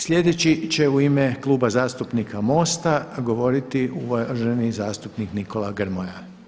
Sljedeći će u ime Kluba zastupnika MOST-a govoriti uvaženi zastupnik Nikola Grmoja.